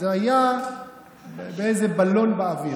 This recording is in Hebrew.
זה היה באיזה בלון באוויר.